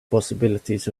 possibilities